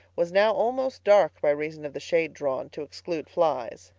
was now almost dark by reason of the shade drawn to exclude flies.